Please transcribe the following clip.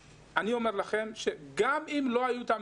אני אומר לכם שגם אם המדינה לא הייתה נותנת